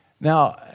Now